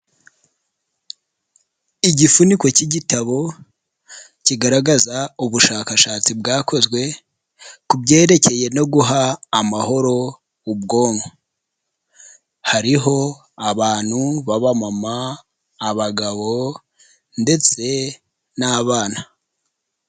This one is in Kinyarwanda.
Igifuniko cy'igitabo kigaragaza ubushakashatsi bwakozwe ku byerekeye no guha amahoro ubwonko, hariho abantu baba mama, abagabo ndetse n'abana.